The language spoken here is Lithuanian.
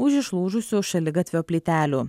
už išlūžusių šaligatvio plytelių